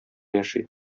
яши